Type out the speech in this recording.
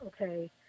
Okay